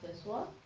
sua